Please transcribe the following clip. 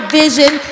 vision